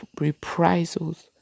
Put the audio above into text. reprisals